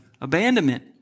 abandonment